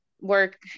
work